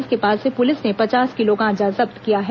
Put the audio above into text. इनके पास से पुलिस ने पचास किलो गांजा जब्त किया है